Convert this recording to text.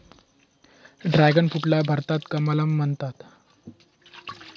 dragon फ्रूटला भारतात कमलम म्हणतात